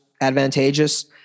advantageous